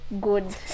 good